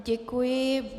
Děkuji.